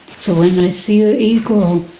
so when i see a eagle,